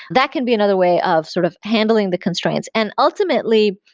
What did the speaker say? that can be another way of sort of handling the constraints. and ultimately,